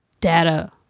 data